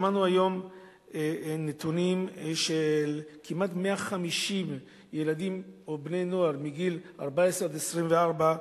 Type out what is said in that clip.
שמענו היום נתונים על כמעט 150 ילדים או בני-נוער בגיל 14 24,